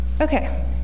Okay